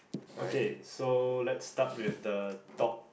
okay so let's start with the top